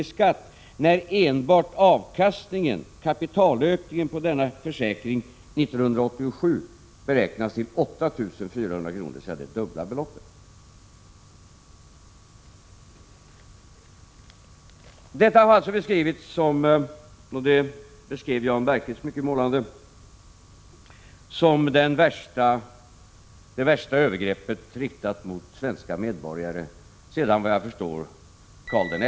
i skatt, när enbart avkastningen — kapitalökningen — på denna försäkring 1987 beräknas ge 8 400 kr., dvs. det dubbla beloppet. Detta har beskrivits, vilket Jan Bergqvist skildrade mycket målande, som det värsta övergrepp riktat mot svenska medborgare sedan Karl XI:s dagar.